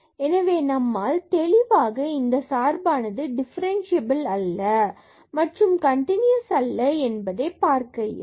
எனவே நம்மால் தெளிவாக இந்த சார்பானது டிபரன்ஸியபிள் அல்ல மற்றும் இது கன்டினுயஸ் அல்ல என்பதை பார்க்க இயலும்